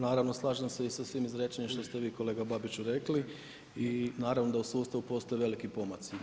Naravno slažem se s svim izrečenim što ste vi kolega Babiću rekli i naravno da u sustavu postoje veliki pomaci.